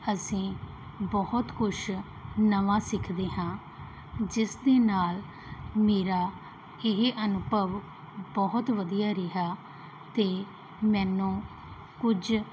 ਅਸੀਂ ਬਹੁਤ ਕੁਛ ਨਵਾਂ ਸਿੱਖਦੇ ਹਾਂ ਜਿਸ ਦੇ ਨਾਲ ਮੇਰਾ ਇਹ ਅਨੁਭਵ ਬਹੁਤ ਵਧੀਆ ਰਿਹਾ ਅਤੇ ਮੈਨੂੰ ਕੁਝ